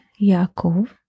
Yaakov